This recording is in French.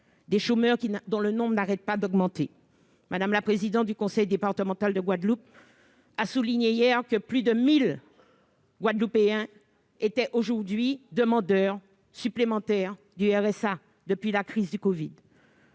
des chômeurs dont le nombre n'arrête pas d'augmenter. Mme la présidente du conseil départemental de Guadeloupe a souligné hier que plus de 1 000 Guadeloupéens supplémentaires étaient demandeurs du RSA depuis la crise du covid.